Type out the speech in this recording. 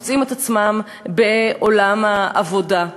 מוצאים את עצמם בעולם העבודה.